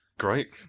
Great